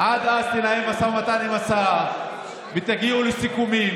עד אז תנהל משא ומתן עם השרה ותגיעו לסיכומים.